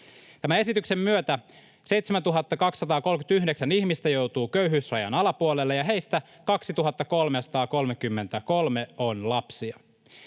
Tämän esityksen myötä 7 239 ihmistä joutuu köyhyysrajan alapuolelle, ja heistä 2 333 on lapsia.